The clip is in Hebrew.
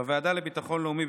בוועדה לביטחון לאומי,